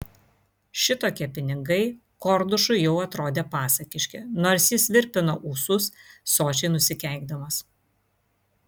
šitokie pinigai kordušui jau atrodė pasakiški nors jis virpino ūsus sočiai nusikeikdamas